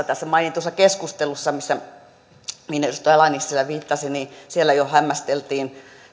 tässä mainitussa keskustelussa mihin edustaja ala nissilä viittasi jo hämmästeltiin